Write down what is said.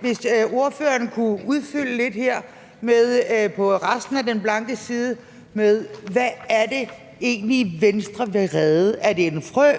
hvis ordføreren kunne udfylde lidt her på resten af forslagets blanke side med, hvad det egentlig er, Venstre vil redde – er det en frø,